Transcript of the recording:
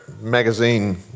magazine